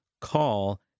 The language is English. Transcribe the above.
Call